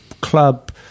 club